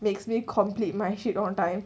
makes me complete my shit on time